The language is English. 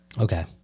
okay